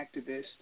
activists